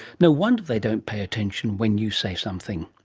no wonder they don't pay attention when you say something.